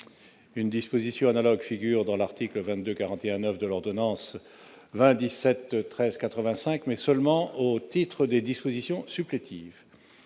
Une disposition analogue figure à l'article L. 2241-9 issu de l'ordonnance n° 2017-1385, mais seulement au titre des dispositions supplétives.